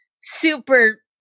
super